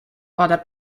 their